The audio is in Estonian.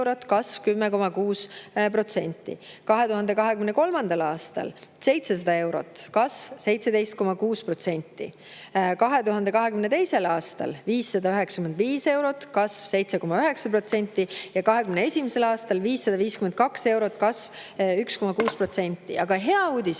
kasv 10,6%, 2023. aastal 700 eurot, kasv 17,6%, 2022. aastal 595 eurot, kasv 7,9% ja 2021. aastal 552 eurot, kasv 1,6%. Aga hea uudis